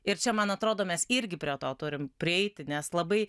ir čia man atrodo mes irgi prie to turim prieiti nes labai